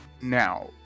Now